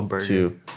Two